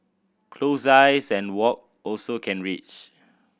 close eyes and walk also can reach